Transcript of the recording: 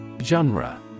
Genre